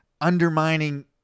undermining